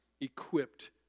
equipped